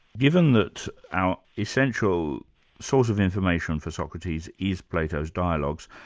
given that our essential source of information for socrates is plato's dialogues,